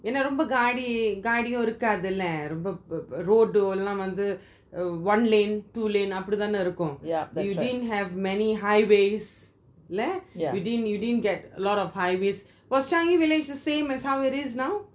என்ன ரொம்ப காடி காட்டியும் இருக்கத்துல ரொம்ப:enna romba gaadi gaadium irukathula romba road லாம் வந்து:lam vanthu one lane two lane அப்பிடி தான இருக்கும்:apidi thaana irukum you didn't have many highways left you didn't you didn't get a lot of highways was changi village the same as it is now